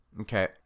Okay